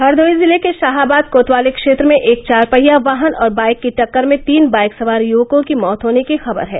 हरदोई जिले के शाहाबाद कोतवाली क्षेत्र में एक चारपहिया वाहन और बाईक की टक्कर में तीन बाईक सवार युवकों की मौत होने की खबर है